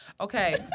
Okay